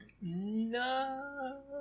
No